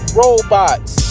robots